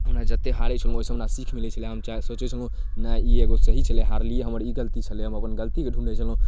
यहाँ जतेक हारै छलहुँ ओहिसँ हमरा सीख मिलै छलै हम चाहे सोचै छलहुँ हमरा ई एगो सही छलै हमर हारलिए हमर ई गलती छलै हम अपन गलतीके ढुँढै छलहुँ